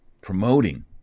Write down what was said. promoting